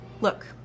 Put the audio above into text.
Look